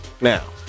Now